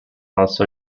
also